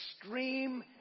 Extreme